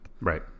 Right